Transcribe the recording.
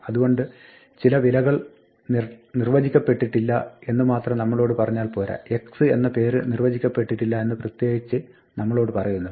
അതുകൊണ്ട് ചില വിലകൾ നിർവ്വചിക്കപ്പെട്ടിട്ടില്ല എന്ന് മാത്രം നമ്മളോട് പറഞ്ഞാൽ പോരാ x എന്ന പേര് നിർവ്വചിക്കപ്പെട്ടിട്ടില്ല എന്ന് പ്രത്യേകിച്ച് നമ്മളോട് പറയുന്നു